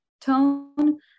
tone